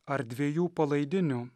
ar dviejų palaidinių